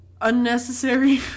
unnecessary